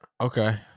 okay